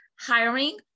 hiring